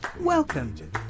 Welcome